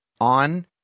on